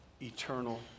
eternal